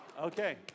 Okay